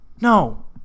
No